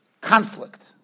conflict